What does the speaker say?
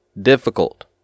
Difficult